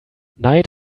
night